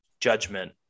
judgment